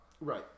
Right